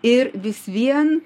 ir vis vien